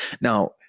Now